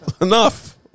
Enough